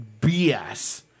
BS